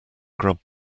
grub